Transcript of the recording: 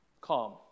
Calm